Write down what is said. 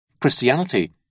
Christianity